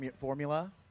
formula